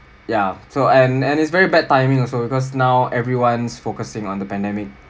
yeah so and and it's very bad timing also because now everyone's focusing on the pandemic